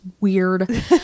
weird